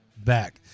back